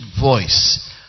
Voice